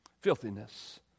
Filthiness